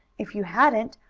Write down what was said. if you hadn't,